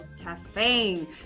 caffeine